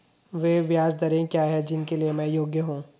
वे ब्याज दरें क्या हैं जिनके लिए मैं योग्य हूँ?